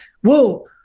whoa